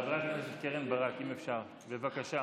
חברת הכנסת קרן ברק, אם אפשר שקט, בבקשה.